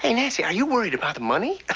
and nancy, are you worried about the money?